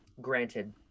granted